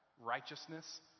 righteousness